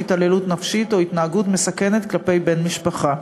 התעללות נפשית או התנהגות מסכנת כלפי בן משפחה.